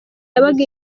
yabaga